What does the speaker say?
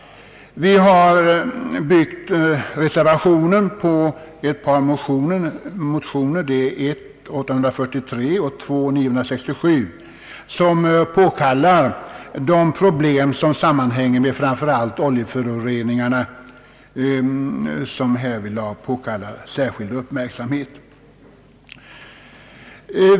Vi har byggt reservationen på ett par motioner, I: 843 och II:967, vilka framhåller att de problem som sammanhänger med framför allt oljeföroreningarna påkallar särskild uppmärksamhet.